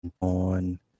on